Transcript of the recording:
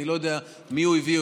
אני לא יודע את מי הוא הביא,